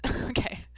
okay